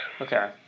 okay